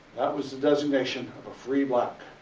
was the designation of a free black